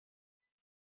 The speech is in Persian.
امیدوارم